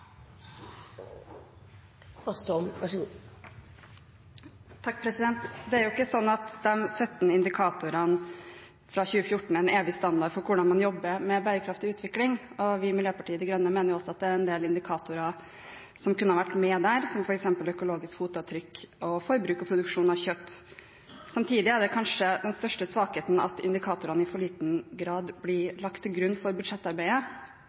neste år, så jeg tror vi får komme tilbake til det når regjeringen legger frem nasjonalbudsjettet for 2016 til høsten. Det er jo ikke sånn at de 17 indikatorene fra 2014 er en evig standard for hvordan man jobber med bærekraftig utvikling, og vi i Miljøpartiet De Grønne mener at det er en del indikatorer som kunne vært med der, som f.eks. økologisk fotavtrykk og forbruk og produksjon av kjøtt. Samtidig er kanskje den største svakheten at indikatorene i for liten grad blir lagt til